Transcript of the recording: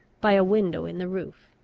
by a window in the roof.